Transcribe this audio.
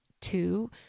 two